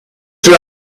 get